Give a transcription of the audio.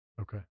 Okay